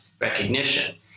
recognition